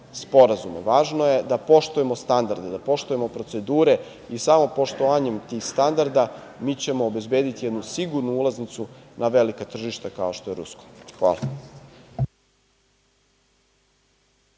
sporazume, važno je da poštujemo standarde, da poštujemo procedure i samopoštovanjem tih standarda mi ćemo obezbediti jednu sigurnu ulaznicu na velika tržišta, kao što je rusko. Hvala.